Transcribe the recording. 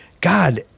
God